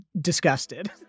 disgusted